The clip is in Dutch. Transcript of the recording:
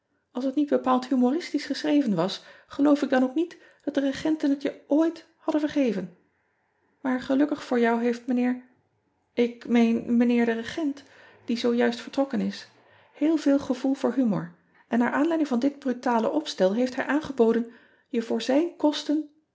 ls het niet bepaald humoristisch geschreven was geloof ik dan ook niet dat de regenten het je ooit hadden vergeven aar gelukkig voor jou heeft ijnheer ik meen ijnheer de regent die zoo juist vertrokken is heel veel gevoel voor humor en naar aanleiding van dit brutale opstel heeft hij aangeboden je voor zijn kosten